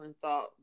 thought